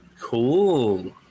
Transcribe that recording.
Cool